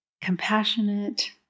compassionate